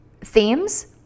themes